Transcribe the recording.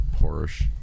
Porsche